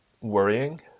worrying